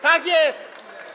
Tak jest.